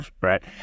right